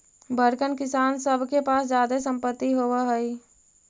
बड़कन किसान सब के पास जादे सम्पत्ति होवऽ हई